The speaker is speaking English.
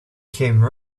came